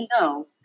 no